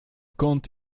kąt